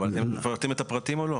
אבל אתם מפרטים את הפרטים או לא?